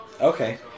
Okay